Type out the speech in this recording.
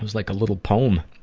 like a little poem.